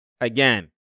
again